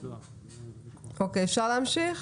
אוקיי, אפשר להמשיך?